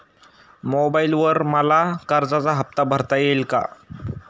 मोबाइलवर मला कर्जाचा हफ्ता भरता येईल का?